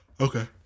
Okay